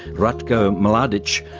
ratko mladic,